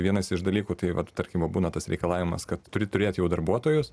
vienas iš dalykų tai vat tarkim būna tas reikalavimas kad turi turėti jau darbuotojus